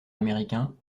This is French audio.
américains